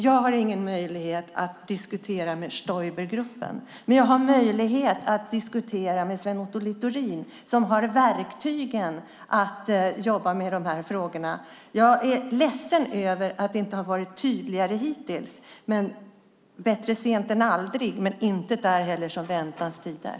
Jag har ingen möjlighet att diskutera med Stoibergruppen, men jag har möjlighet att diskutera med Sven Otto Littorin som har verktygen för att jobba med dessa frågor. Jag är ledsen över att det fram tills nu inte har varit tydligare, men bättre sent än aldrig. Intet är heller som väntans tider.